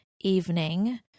evening